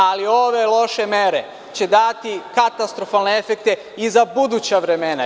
Ali, ove loše mere će dati katastrofalne efekte i za buduća vreme.